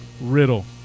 Riddle